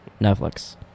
Netflix